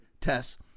tests